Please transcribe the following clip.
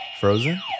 Frozen